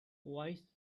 wise